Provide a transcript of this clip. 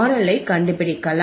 LI கண்டுபிடிக்கலாம்